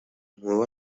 nueva